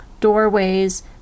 doorways